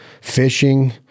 fishing